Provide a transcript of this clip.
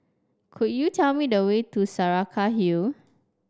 could you tell me the way to Saraca Hill